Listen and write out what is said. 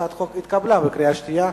הצעת החוק התקבלה בקריאה שנייה.